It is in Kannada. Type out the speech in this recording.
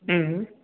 ಹ್ಞೂ